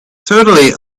totally